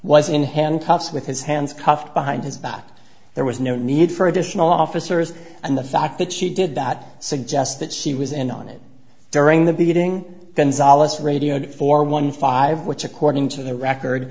was in handcuffs with his hands cuffed behind his back there was no need for additional officers and the fact that she did that suggests that she was in on it during the beating gonzales radioed for one five which according to the record